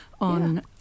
on